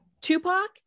Tupac